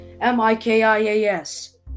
M-I-K-I-A-S